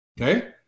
Okay